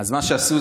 מה שעשו,